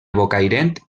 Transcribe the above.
bocairent